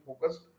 focused